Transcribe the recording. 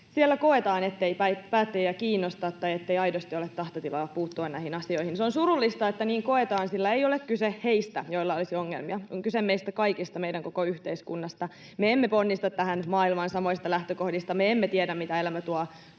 siellä koetaan, ettei päättäjiä kiinnosta tai ettei aidosti ole tahtotilaa puuttua näihin asioihin. On surullista, että niin koetaan, sillä ei ole kyse heistä, joilla olisi ongelmia — on kyse meistä kaikista, meidän koko yhteiskunnasta. Me emme ponnista tähän maailmaan samoista lähtökohdista, me emme tiedä, mitä elämä tuo